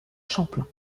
champlain